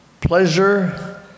pleasure